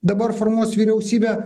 dabar formuos vyriausybę